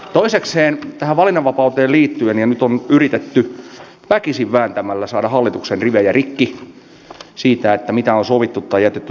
toisekseen tähän valinnanvapauteen liittyen nyt on yritetty väkisin vääntämällä saada hallituksen rivejä rikki siitä mitä on sovittu tai jätetty sopimatta